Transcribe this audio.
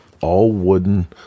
all-wooden